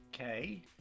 Okay